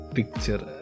Picture